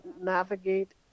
navigate